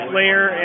layer